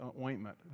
ointment